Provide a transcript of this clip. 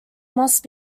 must